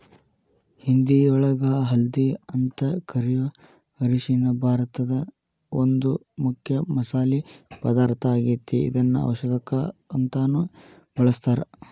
ಹಿಂದಿಯೊಳಗ ಹಲ್ದಿ ಅಂತ ಕರಿಯೋ ಅರಿಶಿನ ಭಾರತದ ಒಂದು ಮುಖ್ಯ ಮಸಾಲಿ ಪದಾರ್ಥ ಆಗೇತಿ, ಇದನ್ನ ಔಷದಕ್ಕಂತಾನು ಬಳಸ್ತಾರ